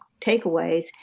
takeaways